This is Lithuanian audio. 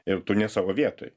ir tu ne savo vietoj